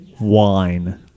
wine